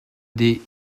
dih